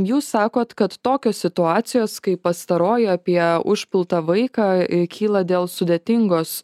jūs sakot kad tokios situacijos kai pastaroji apie užpultą vaiką kyla dėl sudėtingos